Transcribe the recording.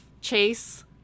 chase